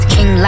King